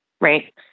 right